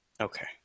Okay